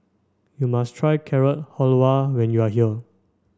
you must try Carrot Halwa when you are here